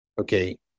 okay